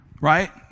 right